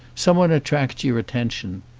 someone attracts your attention,